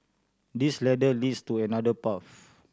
this ladder leads to another path